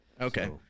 Okay